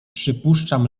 przypuszczam